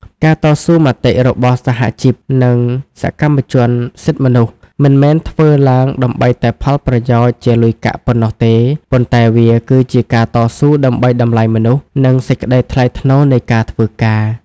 ការតស៊ូមតិរបស់សហជីព និងសកម្មជនសិទ្ធិមនុស្ស មិនមែនធ្វើឡើងដើម្បីតែផលប្រយោជន៍ជាលុយកាក់ប៉ុណ្ណោះទេ ប៉ុន្តែវាគឺជាការតស៊ូដើម្បីតម្លៃមនុស្ស និងសេចក្តីថ្លៃថ្នូរនៃការធ្វើការ។